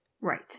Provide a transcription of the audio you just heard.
Right